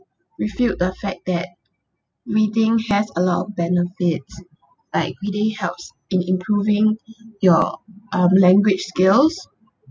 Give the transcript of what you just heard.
refute the fact that reading has a lot of benefits like it really helps in improving your um language skills